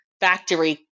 factory